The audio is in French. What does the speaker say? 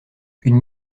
une